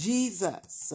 Jesus